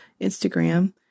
Instagram